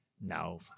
no